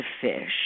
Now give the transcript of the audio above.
fish